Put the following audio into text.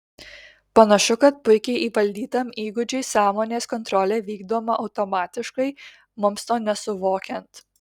panašu kad puikiai įvaldytam įgūdžiui sąmonės kontrolė vykdoma automatiškai mums to nesuvokiant